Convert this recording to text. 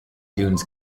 dunes